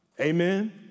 Amen